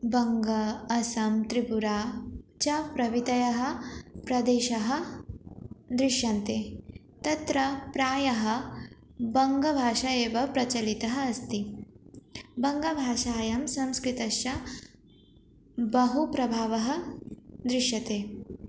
बङ्ग अस्सां त्रिपुरा च प्रभृतयः प्रदेशाः दृश्यन्ते तत्र प्रायः बङ्गभाषा एव प्रचलितः अस्ति बङ्गभाषायां संस्कृतश्च बहु प्रभावः दृश्यते